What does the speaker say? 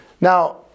Now